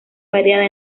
variada